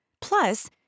Plus